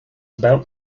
about